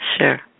Sure